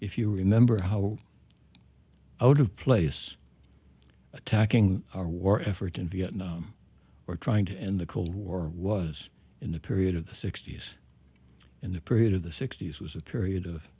if you remember how out of place attacking our war effort in vietnam or trying to end the cold war was in the period of the sixty's in the period of the sixty's was a period of